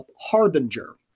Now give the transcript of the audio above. harbinger